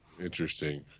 Interesting